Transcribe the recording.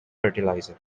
fertilizer